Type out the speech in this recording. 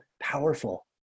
powerful